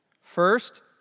First